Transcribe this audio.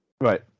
Right